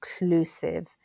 inclusive